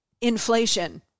Inflation